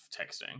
texting